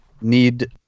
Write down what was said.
need